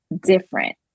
different